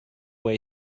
way